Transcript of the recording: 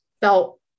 felt